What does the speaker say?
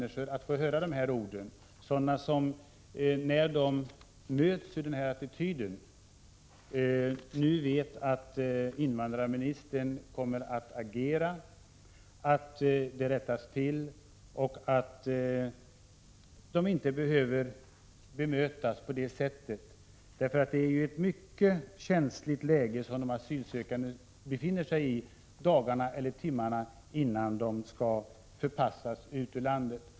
När de möter attityder av det slag jag talat om vet de nu att invandrarministern kommer att agera så att det hela rättas till och så att de inte behöver bemötas på detta sätt. De asylsökande befinner sig i ett mycket känsligt läge dagarna eller timmarna innan de skall förpassas ut ur landet.